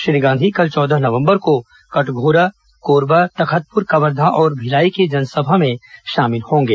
श्री गांधी कल चौदह नवंबर को कटघोरा कोरबा तखतपुर कवर्धा और भिलाई की जनसभा में शामिल होंगे